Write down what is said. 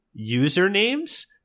usernames